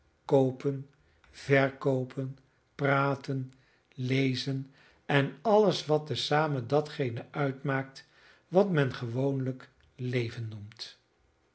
koopen verkoopen praten lezen en alles wat te zamen datgene uitmaakt wat men gewoonlijk leven noemt